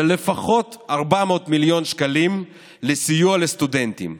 לפחות 400 מיליון שקלים לסיוע לסטודנטים.